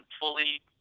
fully